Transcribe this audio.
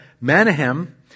Manahem